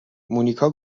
مونیکا